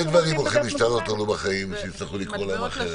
הרבה דברים הולכים להשתנות לנו בחיים שיצטרכו לקרוא להם אחרת.